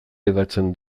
hedatzen